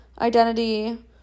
identity